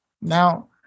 Now